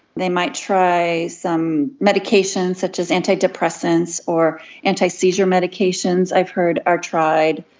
they might try some medications such as antidepressants or anti-seizure medications i've heard are tried.